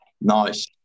Nice